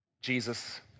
Jesus